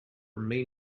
may